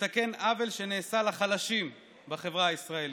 שתתקן עוול שנעשה לחלשים בחברה הישראלית.